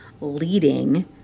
leading